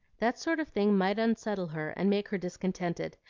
that sort of thing might unsettle her and make her discontented.